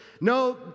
No